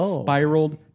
spiraled